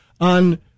on